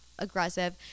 aggressive